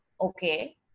Okay